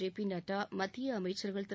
J P Nadda மத்திய அமைச்சர்கள்திரு